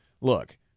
look